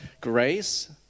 grace